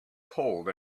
cold